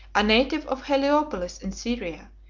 a native of heliopolis in syria,